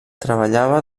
treballava